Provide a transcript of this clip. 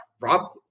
Rob